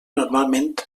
normalment